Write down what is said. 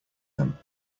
them